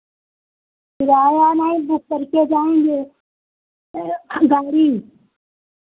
किराया नहीं बुक करके जाएँगे गाड़ी